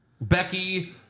Becky